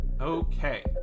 Okay